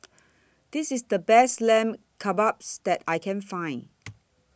This IS The Best Lamb Kebabs that I Can Find